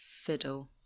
fiddle